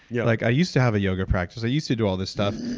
yeah like i used to have a yoga practice. i used to do all this stuff.